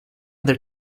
their